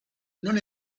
non